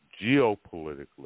geopolitically